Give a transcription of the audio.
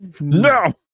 no